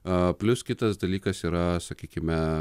a plius kitas dalykas yra sakykime